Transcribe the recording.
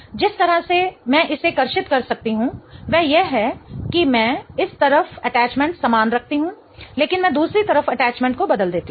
जिस तरह से मैं इसे कर्षित कर सकती हूं वह यह है कि मैं इस तरफ अटैचमेंट समान रखती हूं लेकिन मैं दूसरी तरफ अटैचमेंट को बदल देती हूं